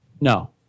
No